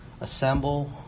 assemble